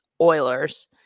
Oilers